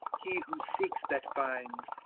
he who seeks that finds,